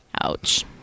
Ouch